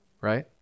Right